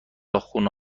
خونه